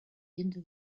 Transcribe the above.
into